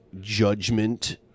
judgment